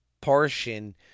portion